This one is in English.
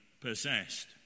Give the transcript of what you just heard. possessed